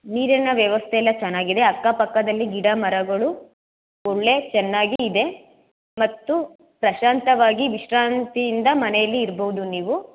ನೀರಿನ ವ್ಯವಸ್ಥೆಯೆಲ್ಲ ಚೆನ್ನಾಗಿದೆ ಅಕ್ಕಪಕ್ಕದಲ್ಲಿ ಗಿಡಮರಗಳು ಒಳ್ಳೆ ಚೆನ್ನಾಗಿ ಇದೆ ಮತ್ತು ಪ್ರಶಾಂತವಾಗಿ ವಿಶ್ರಾಂತಿಯಿಂದ ಮನೆಯಲ್ಲಿ ಇರ್ಬೋದು ನೀವು